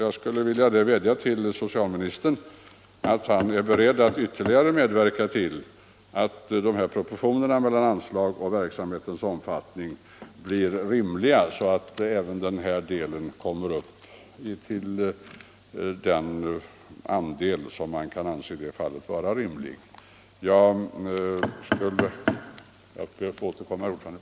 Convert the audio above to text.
Jag skulle vilja vädja till socialministern att ytterligare medverka till att proportionerna mellan anslag och verksamhetsomfattning blir rimliga. den det ej vill röstar nej. den det ej vill röstar nej. den det ej vill röstar nej. den det ej vill röstar nej. den det ej vill röstar nej.